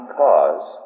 cause